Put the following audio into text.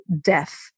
death